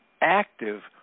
active